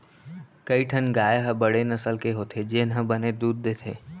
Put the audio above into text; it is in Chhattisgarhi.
कई ठन गाय ह बड़े नसल के होथे जेन ह बने दूद देथे